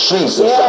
Jesus